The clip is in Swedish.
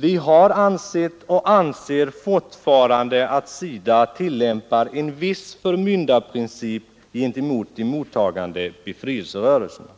Vi har ansett och anser fortfarande att SIDA tillämpar en viss förmyndarprincip gentemot de mottagande befrielserörelserna.